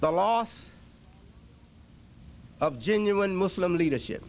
the loss of genuine muslim leadership